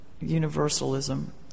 universalism